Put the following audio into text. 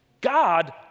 God